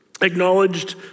acknowledged